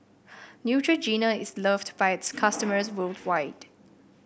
Neutrogena is loved by its customers worldwide